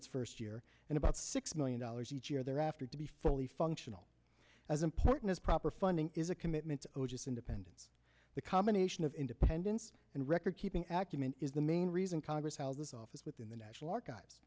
its first year and about six million dollars each year thereafter to be fully functional as important as proper funding is a commitment which is independent the combination of independence and record keeping active and is the main reason congress held this office within the national archives